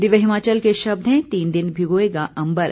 दिव्य हिमाचल के शब्द हैं तीन दिन भिगोएगा अंबर